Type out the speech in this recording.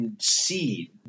see